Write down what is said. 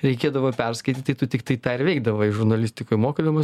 reikėdavo perskaityti tai tu tiktai tą ir veikdavai žurnalistikoj mokydavos